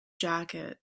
jacket